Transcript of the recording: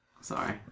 Sorry